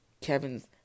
Kevin's